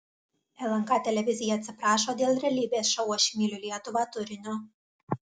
lnk televizija atsiprašo dėl realybės šou aš myliu lietuvą turinio